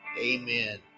Amen